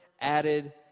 added